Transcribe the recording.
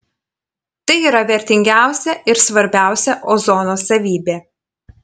tai yra vertingiausia ir svarbiausia ozono savybė